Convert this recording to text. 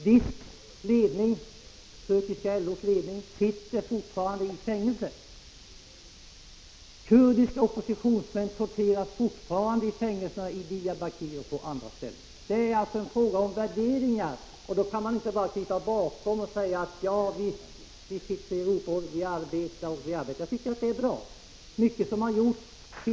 DISK:s ledning, dvs. turkiska LO:s ledning, sitter fortfarande i fängelse. Kurdiska oppositionsmän torteras ännu i fängelserna i Diyarbakir och andra ställen. Det är alltså en fråga om värderingar. Då kan man inte bara krypa undan och säga: Vi sitter i Europarådet och arbetar mycket där. Jag tycker i och för sig att det är bra att man driver Turkietfrågan i Europarådet.